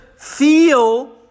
Feel